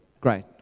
Great